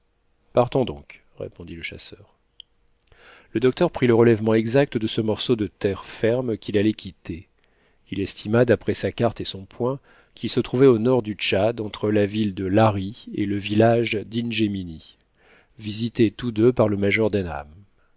partons donc répondit le chasseur le docteur prit le relèvement exact de ce morceau de terre ferme qu'il allait quitter il estima d'après sa carte et son point qu'il se trouvait au nord du tchad entre la ville de lari et le village d'ingemini visités tous deux par le major